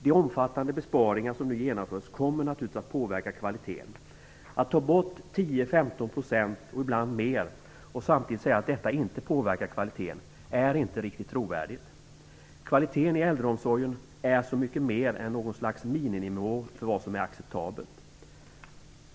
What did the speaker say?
De omfattande besparingar som nu genomförs kommer naturligtvis att påverka kvaliteten. Att ta bort 10-15 % och ibland mera och samtidigt säga att det inte påverkar kvaliteten är inte riktigt trovärdigt. Kvaliteten i äldreomsorgen är så mycket mer än ett slags miniminivå för vad som är acceptabelt.